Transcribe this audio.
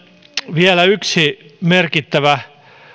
vielä yksi merkittävä